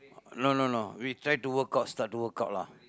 no no no we try to work out start to work out lah